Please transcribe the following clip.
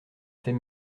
fait